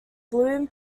bloom